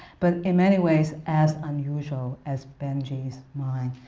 but in many ways as unusual as benjy's mind.